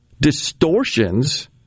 distortions